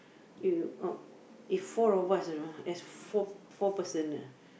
you oh if four of us you know there's four four person ah